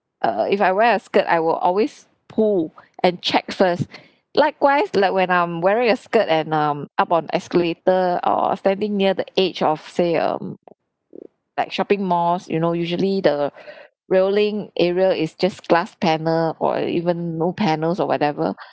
err if I wear a skirt I will always pull and check first likewise let when I'm wearing a skirt and um up on escalator or standing near the edge of say um like shopping malls you know usually the railing area is just glass panel or even no panels or whatever